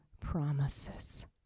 promises